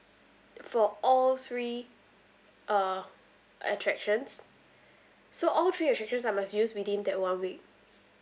for all three uh attractions so all three attractions I must use within that one week